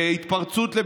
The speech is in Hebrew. בהתפרצות,